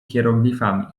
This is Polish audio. hieroglifami